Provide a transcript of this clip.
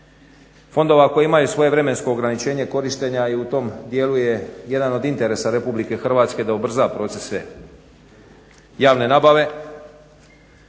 fondova koji imaju svoje vremensko ograničenje korištenja i u tom dijelu je jedan od interesa Republike Hrvatske da ubrza procese javne nabave,